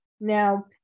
Now